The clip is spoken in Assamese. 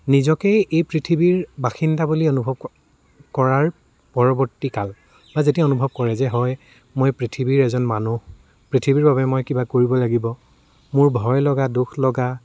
নিজকেই এই পৃথিৱীৰ বাসিন্দা বুলি অনুভৱ কৰাৰ পৰৱৰ্তী কাল বা যেতিয়া অনুভৱ কৰে যে হয় মই পৃথিৱীৰ এজন মানুহ পৃথিৱীৰ বাবে মই কিবা কৰিব লাগিব মোৰ ভয় লগা দোষ লগা